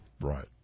Right